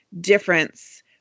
difference